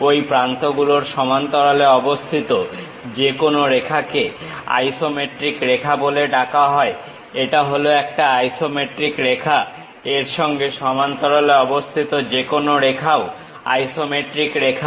ঐ প্রান্তগুলোর সমান্তরালে অবস্থিত যেকোন রেখাকে আইসোমেট্রিক রেখা বলে ডাকা হয় এটা হল একটা আইসোমেট্রিক রেখা এর সঙ্গে সমান্তরালে অবস্থিত যেকোন রেখাও আইসোমেট্রিক রেখা